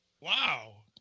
Wow